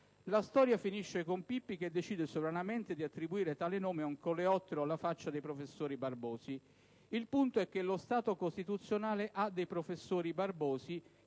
La storia finisce con Pippi che decide sovranamente di attribuire tale nome a un coleottero alla faccia dei «professori barbosi». Il punto è che lo Stato costituzionale ha dei professori barbosi